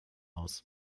aus